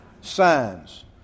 Signs